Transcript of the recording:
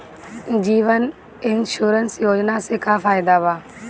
जीवन insurance योजना से का फायदा बा?